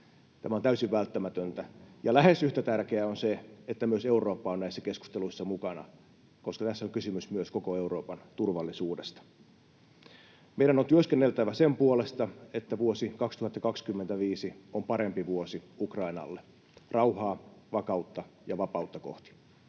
Tämä on täysin välttämätöntä, ja lähes yhtä tärkeää on se, että myös Eurooppa on näissä keskusteluissa mukana, koska tässä on kysymys myös koko Euroopan turvallisuudesta. Meidän on työskenneltävä sen puolesta, että vuosi 2025 on parempi vuosi Ukrainalle, rauhaa, vakautta ja vapautta kohti.